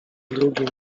drugim